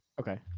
Okay